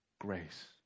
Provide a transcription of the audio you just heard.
Grace